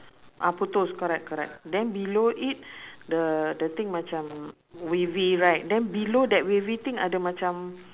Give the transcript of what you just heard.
ah putus correct correct then below it the the thing macam wavy right then below that wavy thing ada macam